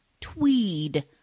Tweed